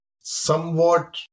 somewhat